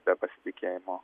be pasitikėjimo